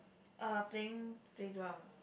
playing playground